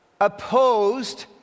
opposed